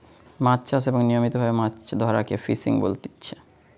মাছ চাষ এবং নিয়মিত ভাবে মাছ ধরাকে ফিসিং বলতিচ্ছে